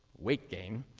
weight gain,